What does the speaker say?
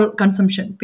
consumption